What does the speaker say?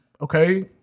okay